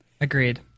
Agreed